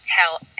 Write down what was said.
tell